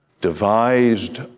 devised